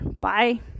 Bye